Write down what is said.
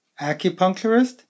acupuncturist